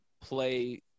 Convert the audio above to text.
play